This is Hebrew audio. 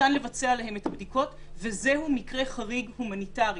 ניתן לבצע את הבדיקות ומדובר במקרה הומניטרי חריג.